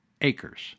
acres